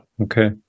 Okay